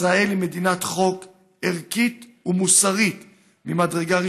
ישראל היא מדינת חוק ערכית ומוסרית ממדרגה ראשונה,